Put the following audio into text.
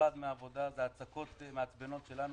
נכבד מהעבודה זה הצקות מעצבנות שלנו